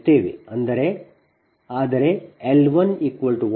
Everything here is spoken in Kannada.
ಆದರೆ L 1 1